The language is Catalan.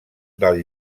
del